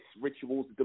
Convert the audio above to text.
rituals